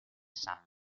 san